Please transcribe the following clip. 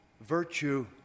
virtue